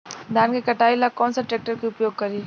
धान के कटाई ला कौन सा ट्रैक्टर के उपयोग करी?